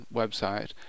website